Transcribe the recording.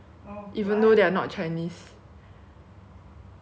ya and the place that we stayed right 那个 Airbnb then 他们